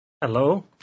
Hello